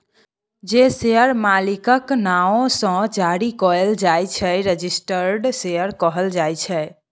जे शेयर मालिकक नाओ सँ जारी कएल जाइ छै रजिस्टर्ड शेयर कहल जाइ छै